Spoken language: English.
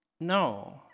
No